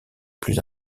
plus